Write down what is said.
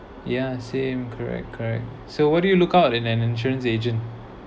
ya same correct correct so what do you look out in an insurance agent